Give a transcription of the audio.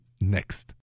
next